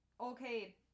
okay